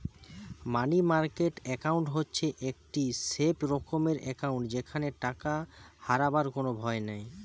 মানি market account হচ্ছে একটি safe রকমের একাউন্ট যেখানে টাকা হারাবার কোনো ভয় নাই